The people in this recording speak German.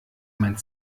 mein